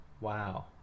wow